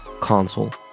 console